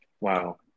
Wow